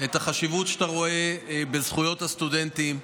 את החשיבות שאתה רואה בזכויות הסטודנטים.